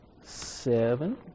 Seven